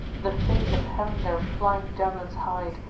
the face of heav'n their flying jav'lins hide,